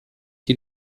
die